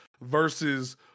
versus